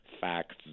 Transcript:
facts